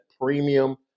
premium